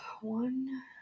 One